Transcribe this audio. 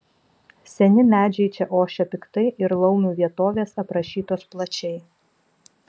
seni medžiai čia ošia piktai ir laumių vietovės aprašytos plačiai